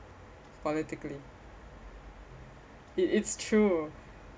politically it it's true